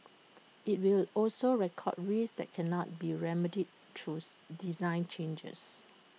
IT will also record risks that cannot be remedied truth design changes